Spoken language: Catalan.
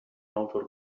autor